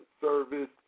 Service